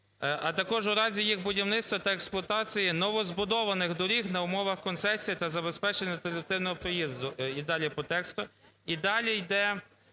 "…а також у разі їх будівництва та експлуатації новозбудованих доріг на умовах концесії та забезпечення альтернативного проїзду" і далі по тексту. І далі йде